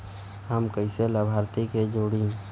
हम कइसे लाभार्थी के जोड़ी?